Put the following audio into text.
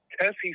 Tessie